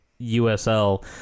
USL